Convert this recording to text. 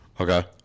Okay